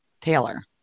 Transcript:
Taylor